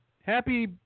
Happy